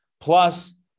plus